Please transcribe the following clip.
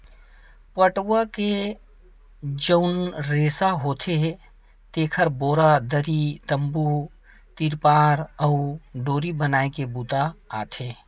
पटवा के जउन रेसा होथे तेखर बोरा, दरी, तम्बू, तिरपार अउ डोरी बनाए के बूता आथे